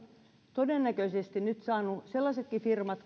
todennäköisesti nyt saaneet tukea sellaisetkin firmat